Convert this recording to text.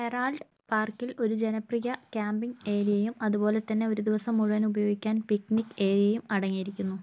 Herald പാർക്കിൽ ഒരു ജനപ്രിയ ക്യാമ്പിംഗ് ഏരിയയും അതുപോലെ തന്നെ ഒരു ദിവസം മുഴുവൻ ഉപയോഗിക്കാൻ പിക്നിക് ഏരിയയും അടങ്ങിയിരിക്കുന്നു